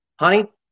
Honey